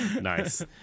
Nice